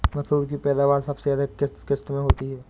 मसूर की पैदावार सबसे अधिक किस किश्त में होती है?